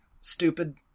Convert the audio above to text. stupid